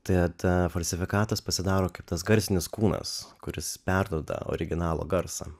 tai ta falsifikatas pasidaro kitas garsinis kūnas kuris perduoda originalų garsą